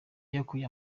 yakuye